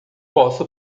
posso